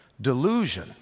Delusion